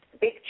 big